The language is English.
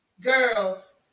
girls